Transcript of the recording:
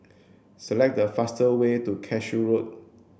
select the fastest way to Cashew Road